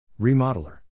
Remodeler